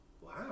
Wow